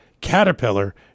Caterpillar